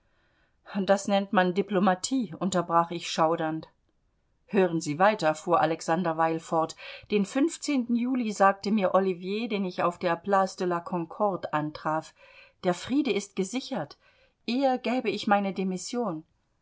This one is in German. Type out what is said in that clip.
das nennt man diplomatie unterbrach ich schaudernd hören sie weiter fuhr alexander weill fort den juli sagte mir ollivier den ich auf der place de la concorde antraf der friede ist gesichert eher gäbe ich meine demission